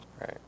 right